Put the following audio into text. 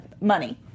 money